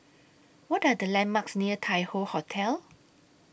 What Are The landmarks near Tai Hoe Hotel